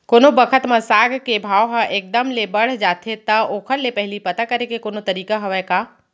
कोनो बखत म साग के भाव ह एक दम ले बढ़ जाथे त ओखर ले पहिली पता करे के कोनो तरीका हवय का?